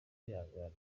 kwihangana